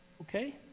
Okay